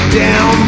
down